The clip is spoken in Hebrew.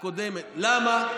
למה?